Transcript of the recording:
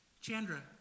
Chandra